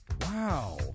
wow